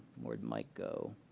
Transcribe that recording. where did mike go?